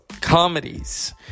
comedies